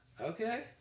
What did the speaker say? Okay